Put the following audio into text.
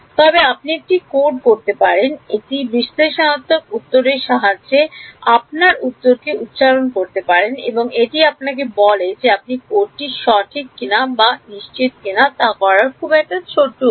তবে আপনি এটি কোড করতে পারেন এবং এই বিশ্লেষণাত্মক উত্তরের সাহায্যে আপনার উত্তরকে উচ্চারণ করতে পারেন এবং এটি আপনাকে বলে যে আপনার কোডটি সঠিক কিনা তা নিশ্চিত না খুব ছোট্ট উপায়